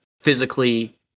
physically